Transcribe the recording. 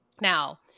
Now